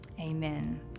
Amen